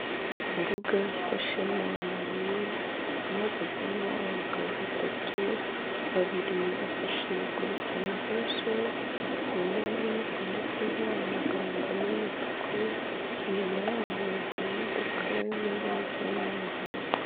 Imbuga isashemo amabuye, ihagazemo abagabo batatu babiri bafashe rufunguzo runini rwanditseho amagambo y'umutuku, inyuma yabo hari imodoka yo mu ibara ry'umweru.